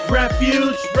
refuge